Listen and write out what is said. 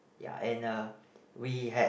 ya and uh we had